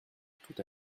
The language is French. tout